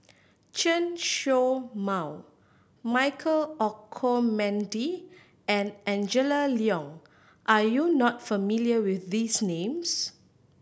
Chen Show Mao Michael Olcomendy and Angela Liong are you not familiar with these names